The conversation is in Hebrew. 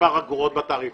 מספר אגרות בתעריף.